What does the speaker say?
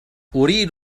أريد